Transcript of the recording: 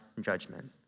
judgment